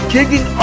Kicking